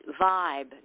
vibe